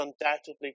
undoubtedly